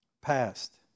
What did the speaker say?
Past